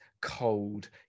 cold